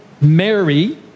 Mary